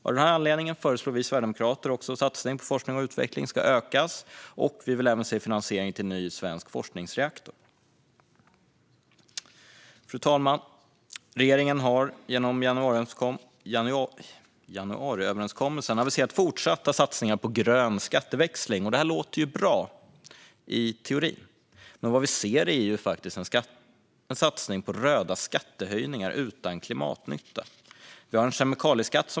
Av den anledningen föreslår vi sverigedemokrater också att satsningen på forskning och utveckling ska ökas, och vi vill även se finansiering till en ny svensk forskningsreaktor. Fru talman! Regeringen har genom januariöverenskommelsen aviserat fortsatta satsningar på grön skatteväxling. Det låter ju bra i teorin. Men vad vi ser är faktiskt en satsning på röda skattehöjningar utan klimatnytta.